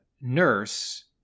nurse